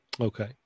Okay